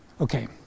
Okay